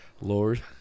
Lord